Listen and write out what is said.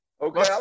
okay